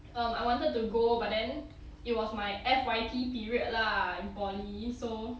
um I wanted to go but then it was my F_Y_P period lah poly so